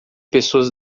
pessoas